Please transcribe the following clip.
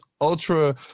ultra